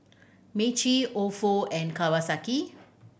Meiji Ofo and Kawasaki